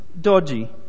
dodgy